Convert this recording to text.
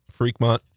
Freakmont